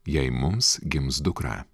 jei mums gims dukra